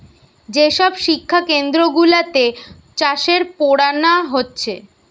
যে সব শিক্ষা কেন্দ্র গুলাতে চাষের পোড়ানা হচ্ছে